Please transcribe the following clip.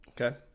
Okay